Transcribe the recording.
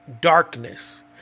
darkness